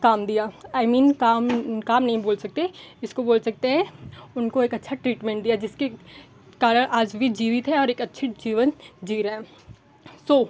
काम दिया I mean काम काम नहीं बोल सकते इसको बोल सकते है उनको एक अच्छा ट्रीटमेंट दिया जिसके कारण आज वे जीवित हैं और एक अच्छे जीवन जी रहे हैं सो